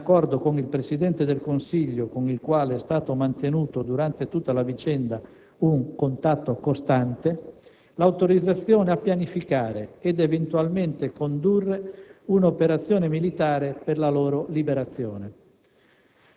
in accordo con il Presidente del Consiglio, con il quale è stato mantenuto durante tutta la vicenda un contatto costante, l'autorizzazione a pianificare ed eventualmente condurre un'operazione militare per la loro liberazione,